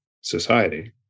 society